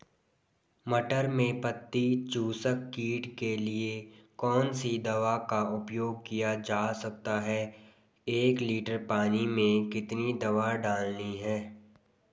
मटर में पत्ती चूसक कीट के लिए कौन सी दवा का उपयोग किया जा सकता है एक लीटर पानी में कितनी दवा डालनी है?